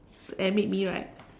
and meet me right